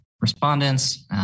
respondents